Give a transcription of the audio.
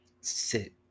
sit